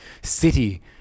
city